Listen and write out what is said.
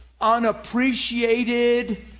unappreciated